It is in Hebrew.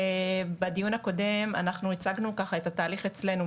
בדיון הקודם אנחנו הצגנו ככה את התהליך אצלינו,